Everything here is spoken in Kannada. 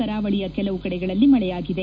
ಕರಾವಳಿಯ ಕೆಲವು ಕಡೆಗಳಲ್ಲಿ ಮಳೆಯಾಗಿದೆ